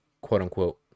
quote-unquote